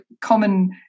common